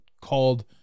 called